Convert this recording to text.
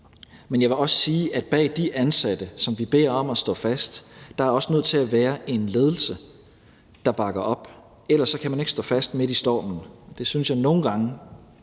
Men jeg vil også sige, at bag de ansatte, som vi beder om at stå fast, er der også nødt til at være en ledelse, der bakker op, for ellers kan man ikke stå fast midt i stormen. Det synes jeg at det nogle gange